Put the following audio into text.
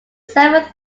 seventh